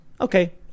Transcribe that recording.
okay